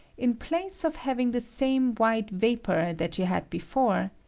in place of having the same white vapor that you had before,